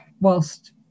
whilst